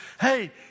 Hey